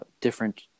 different